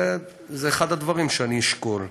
וזה אחד הדברים שאני אשקול.